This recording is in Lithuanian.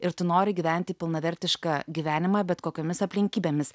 ir tu nori gyventi pilnavertišką gyvenimą bet kokiomis aplinkybėmis